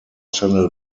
channel